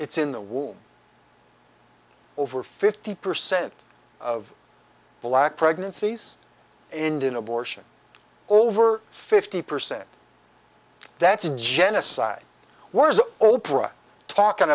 it's in the war over fifty percent of black pregnancies and in abortion over fifty percent that's genocide we're oprah talking